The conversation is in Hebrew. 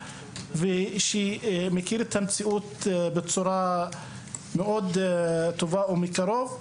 שמכיר את המציאות בצורה טובה ומקרוב,